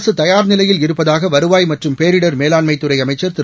அரசு தயார் நிலையில் இருப்பதாக வருவாய் மற்றும் பேரிடர் மேலாண்மைத் துறை அமைச்சர் திரு